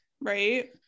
right